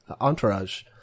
entourage